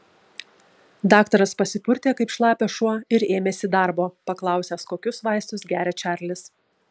daktaras pasipurtė kaip šlapias šuo ir ėmėsi darbo paklausęs kokius vaistus geria čarlis